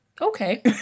Okay